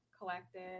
collected